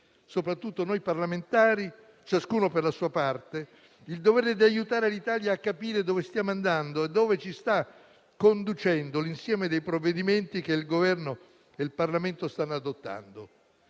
soprattutto noi parlamentari, ciascuno per la sua parte, il dovere di aiutare l'Italia a capire dove stiamo andando e dove ci sta conducendo l'insieme dei provvedimenti che il Governo e il Parlamento stanno adottando.